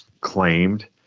claimed